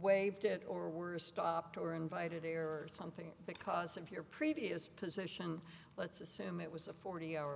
when a hit or worse stopped or invited error or something because of your previous position let's assume it was a forty hour